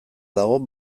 dago